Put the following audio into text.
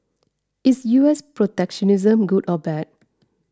is U S protectionism good or bad